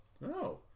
No